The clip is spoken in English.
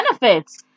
benefits